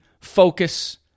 focus